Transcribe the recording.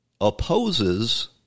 opposes